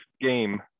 game